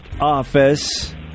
Office